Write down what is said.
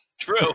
True